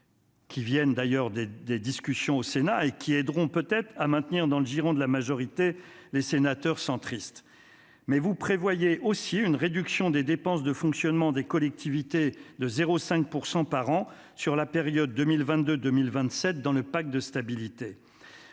cette mesure vient du Sénat -, ce qui aidera peut-être à maintenir dans le giron de la majorité les sénateurs centristes. Mais vous prévoyez aussi une réduction des dépenses de fonctionnement des collectivités de 0,5 % par an, sur la période 2022-2027, dans le pacte de stabilité